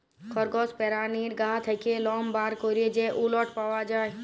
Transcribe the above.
খরগস পেরানীর গা থ্যাকে লম বার ক্যরে যে উলট পাওয়া যায়